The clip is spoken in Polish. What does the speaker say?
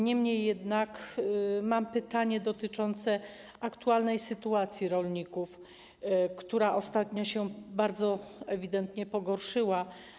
Niemniej jednak mam pytanie dotyczące aktualnej sytuacji rolników, która ostatnio się ewidentnie pogorszyła.